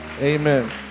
Amen